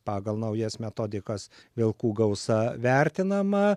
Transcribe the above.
pagal naujas metodikas vilkų gausa vertinama